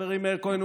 חברי מאיר כהן,